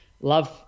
love